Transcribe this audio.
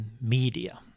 media